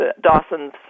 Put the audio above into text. Dawson's